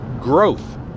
growth